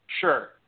sure